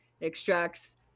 extracts